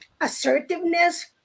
assertiveness